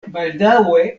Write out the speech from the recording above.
baldaŭe